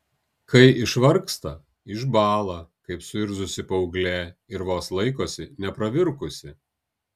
kai išvargsta išbąla kaip suirzusi paauglė ir vos laikosi nepravirkusi